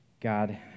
God